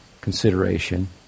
consideration